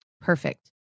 Perfect